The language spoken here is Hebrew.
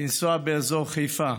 באזור חיפה.